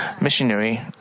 missionary